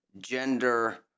gender